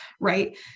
right